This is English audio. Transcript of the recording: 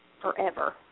forever